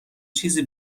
چیزی